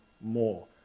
more